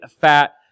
Fat